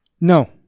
No